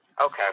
Okay